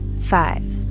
five